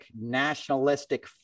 nationalistic